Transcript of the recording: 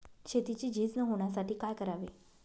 शेतीची झीज न होण्यासाठी काय करावे?